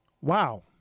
wow